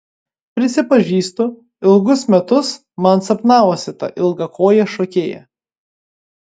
prisipažįstu ilgus metus man sapnavosi ta ilgakojė šokėja